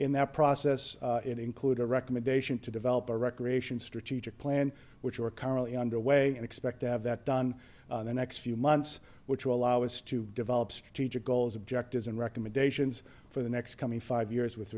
in that process it included a recommendation to develop a recreation strategic plan which are currently underway and expect to have that done in the next few months which will allow us to develop strategic goals objectives and recommendations for the next coming five years with